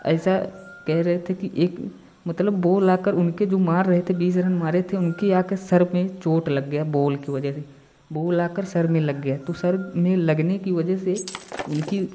ऐसा कह रहे थे कि एक मतलब बॉल आकर उनके जो मार रहे थे बीस रन मारे थे उनकी आके सिर में चोट लग गया बॉल की वजह से बॉल आकर सिर में लग गया तो सिर में लगने की वजह से उनकी